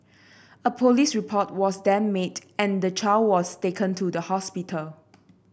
a police report was then made and the child was taken to the hospital